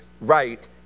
right